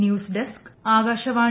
news desk Akashvani